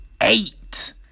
Eight